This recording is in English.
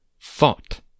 thought